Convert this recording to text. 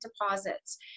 deposits